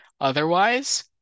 otherwise